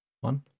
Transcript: one